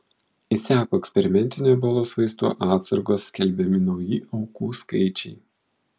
išseko eksperimentinių ebolos vaistų atsargos skelbiami nauji aukų skaičiai